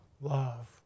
love